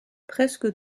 presque